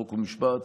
חוק ומשפט,